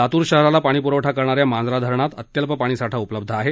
लातूर शहराला पाणी प्रवठा करणाऱ्या मांजरा धरणात अत्यल्प पाणी साठा उपलब्ध् आहे